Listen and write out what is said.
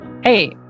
hey